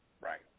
Right